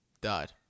died